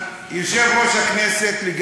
חבר הכנסת חזן.